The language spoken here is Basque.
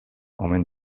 omen